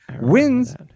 wins